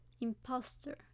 imposter